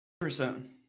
percent